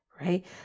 right